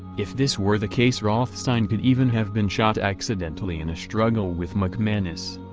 if this were the case rothstein could even have been shot accidentally in a struggle with mcmanus.